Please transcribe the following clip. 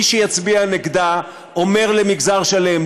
מי שיצביע נגדה אומר למגזר שלם,